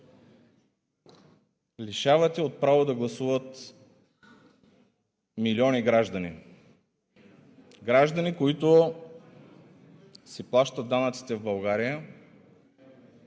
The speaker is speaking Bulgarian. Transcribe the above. лишавате от право да гласуват милиони граждани, които си плащат данъците в България,